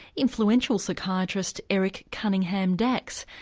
influential psychiatrist eric cunningham dax.